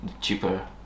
cheaper